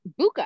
Buka